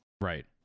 Right